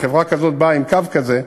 וחברה כזאת באה עם קו כזה,